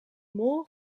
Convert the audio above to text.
mol